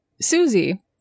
Susie